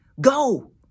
Go